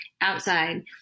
outside